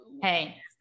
hey